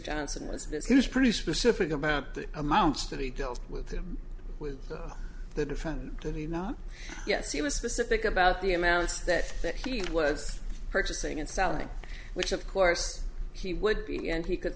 johnson was this is pretty specific about the amounts that he dealt with them with the defendant did he not yes he was specific about the amounts that that he was purchasing and selling which of course he would be and he could